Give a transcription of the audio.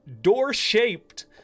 door-shaped